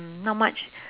mm not much